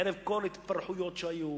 היו התפרעויות,